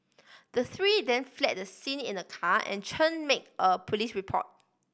the three then fled the scene in a car and Chen made a police report